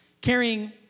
carrying